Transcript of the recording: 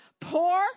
Poor